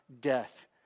death